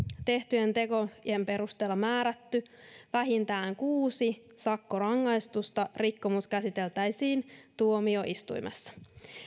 tehtyjen tekojen perusteella määrätty vähintään kuusi sakkorangaistusta rikkomus käsiteltäisiin tuomioistuimessa